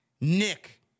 Nick